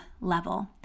level